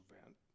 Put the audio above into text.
event